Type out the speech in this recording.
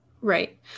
Right